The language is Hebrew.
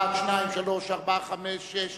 אחד, שניים, שלוש, ארבע, חמש, שש.